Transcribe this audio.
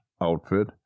outfit